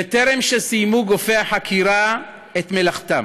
בטרם סיימו גופי החקירה את מלאכתם